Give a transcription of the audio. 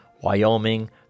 Wyoming